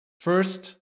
First